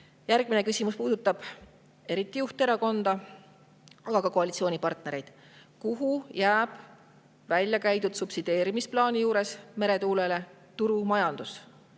Järgmine küsimus puudutab eriti juhterakonda, aga ka koalitsioonipartnereid. Kuhu jääb välja käidud meretuule subsideerimisplaani juures turumajandus?